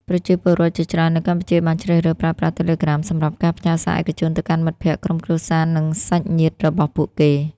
ប្រជាពលរដ្ឋជាច្រើននៅកម្ពុជាបានជ្រើសរើសប្រើប្រាស់ Telegram សម្រាប់ការ ផ្ញើសារឯកជន ទៅកាន់មិត្តភក្តិ ក្រុមគ្រួសារ និងសាច់ញាតិរបស់ពួកគេ។